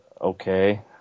okay